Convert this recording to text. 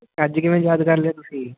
ਅੱਜ ਕਿਵੇਂ ਯਾਦ ਕਰ ਲਿਆ ਤੁਸੀਂ